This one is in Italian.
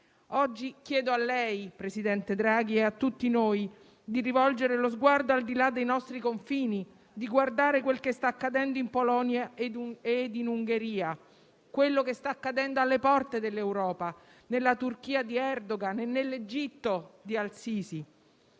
Oggi chiedo a lei, signor presidente Draghi, e a tutti noi, di rivolgere lo sguardo al di là dei nostri confini, di guardare a quel che sta accadendo in Polonia e in Ungheria, e a quello che sta accadendo alle porte dell'Europa, nella Turchia di Erdogan e nell'Egitto di al-Sisi.